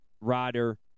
rider